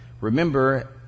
Remember